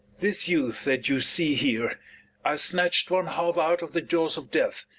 this youth that you see here i snatch'd one half out of the jaws of death,